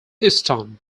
euston